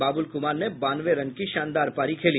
बाबुल कुमार ने बानवे रन की शानदार पारी खेली